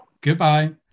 Goodbye